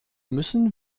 müssen